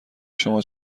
شما